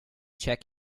check